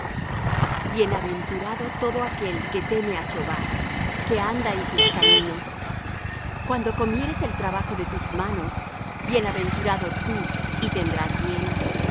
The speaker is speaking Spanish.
bienaventurado todo aquel que teme á jehová que anda en sus caminos cuando comieres el trabajo de tus manos bienaventurado tú y tendrás bien